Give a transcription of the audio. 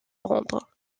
rendre